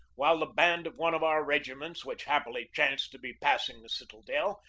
while the band of one of our regiments, which happily chanced to be passing the citadel,